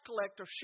collector